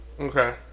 Okay